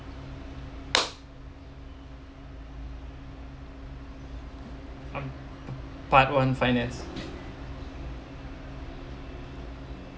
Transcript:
part one finance